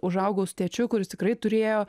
užaugau su tėčiu kuris tikrai turėjo